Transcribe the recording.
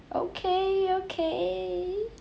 okay okay